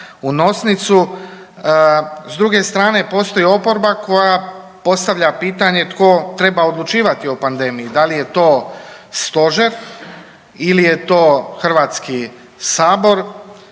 u nosnicu, s druge strane, postoji oporba koja postavlja pitanje tko treba odlučivati o pandemiji, da li je to Stožer ili je to HS. Stožer